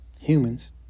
humans